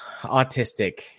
Autistic